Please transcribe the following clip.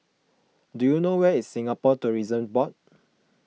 do you know where is Singapore Tourism Board